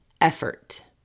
effort